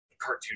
Cartoon